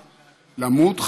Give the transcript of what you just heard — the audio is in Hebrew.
למות,